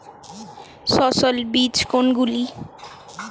সস্যল বীজ কোনগুলো?